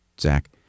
Zach